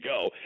go